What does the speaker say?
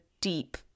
deep